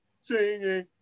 singing